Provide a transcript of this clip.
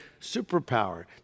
superpower